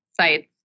sites